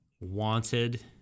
wanted